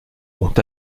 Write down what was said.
ont